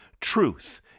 truth